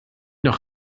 noch